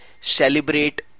celebrate